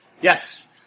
Yes